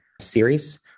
series